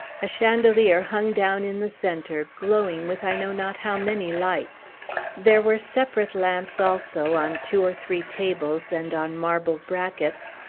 a chandelier hung down in the centre, glowing with i know not how many lights there were separate lamps, also, on two or three tables, and on marble brackets,